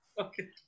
Okay